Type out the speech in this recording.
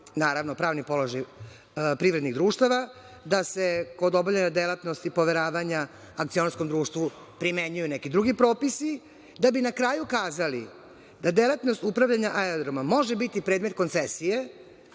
naravno, pravni položaj privrednih društava, da se kod obavljanja delatnosti poveravanja akcionarskom društvu primenjuju neki drugi propisi, da bi na kraju kazali da delatnost upravljanja aerodromom može biti predmet koncesije,